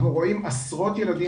אנחנו רואים עשרות ילדים,